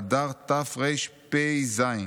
אדר תרפ"ז.